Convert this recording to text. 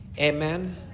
amen